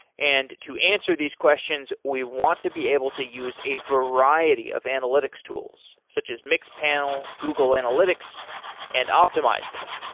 and to answer these questions, we want to be able to use a variety of analytics tools, such as mixed panel, google analytics and optimizely.